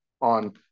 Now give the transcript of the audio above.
on